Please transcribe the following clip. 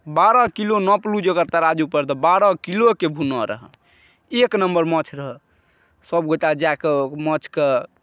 बारह किलो नापलहुॅं जे ओकरा तराजु पर तऽ बारह किलोके भुना रहय एक नम्बर माछ रहय सबगोटे जाए कऽ माछके